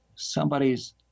Somebody's